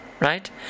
Right